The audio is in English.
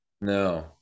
no